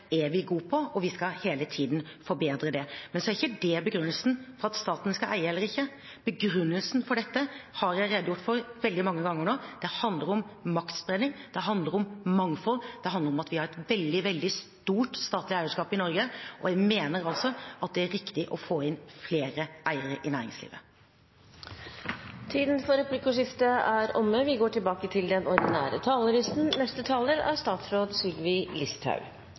er vi gode på, og vi skal hele tiden forbedre det. Så er ikke det begrunnelsen for at staten skal eie eller ikke. Begrunnelsen for dette har jeg redegjort for veldig mange ganger nå. Det handler om maktspredning. Det handler om mangfold. Det handler om at vi har et veldig stort statlig eierskap i Norge, og jeg mener at det er riktig å få inn flere eiere i næringslivet. Replikkordskiftet er omme. Statskog SF eier om lag en femtedel av landarealet i Norge, men bare en mindre del av dette er